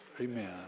amen